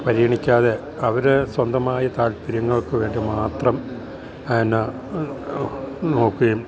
പരിഗണിക്കാതെ അവർ സ്വന്തമായി താല്പര്യങ്ങൾക്ക് വേണ്ടി മാത്രം എന്നാ നോക്ക്യേം